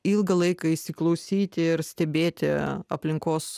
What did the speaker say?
ilgą laiką įsiklausyti ir stebėti aplinkos